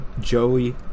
Joey